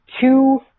two